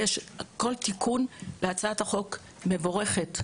וכל תיקון בהמשך להצעת החוק יהיה מבורך.